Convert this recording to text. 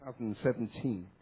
2017